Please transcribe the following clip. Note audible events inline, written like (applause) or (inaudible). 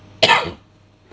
(coughs)